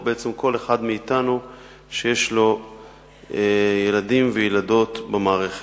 על כל אחד מאתנו שיש לו ילדים וילדות במערכת.